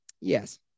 yes